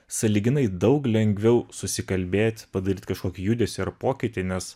sąlyginai daug lengviau susikalbėt padaryt kažkokį judesį ar pokytį nes